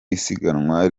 isiganwa